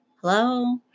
hello